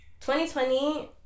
2020